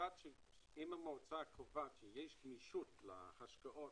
אם המועצה קובעת שיש גמישות להשקעות